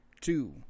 two